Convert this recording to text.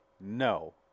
No